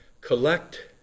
collect